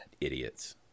Idiots